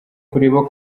kureba